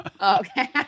Okay